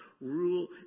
rule